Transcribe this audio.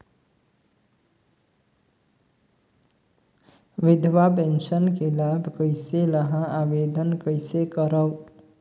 विधवा पेंशन के लाभ कइसे लहां? आवेदन कइसे करव?